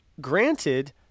Granted